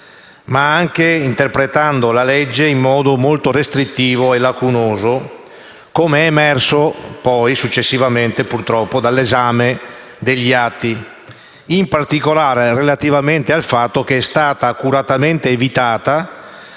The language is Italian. ma anche interpretando la legge in modo molto restrittivo e lacunoso, come purtroppo è successivamente emerso dall'esame degli atti. Ciò in particolare relativamente al fatto che è stata accuratamente evitata